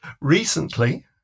recently